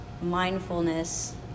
mindfulness